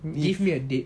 give me a date